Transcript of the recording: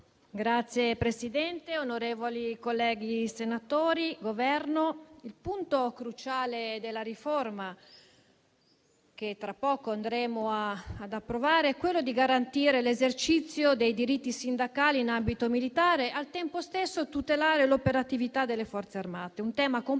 Signora Presidente, onorevoli colleghi, signor rappresentante del Governo, il punto cruciale della riforma che tra poco andremo ad approvare è quello di garantire l'esercizio dei diritti sindacali in ambito militare e, al tempo stesso, tutelare l'operatività delle Forze armate. Si tratta di